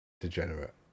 degenerate